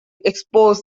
expose